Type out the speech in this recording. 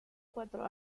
cuatro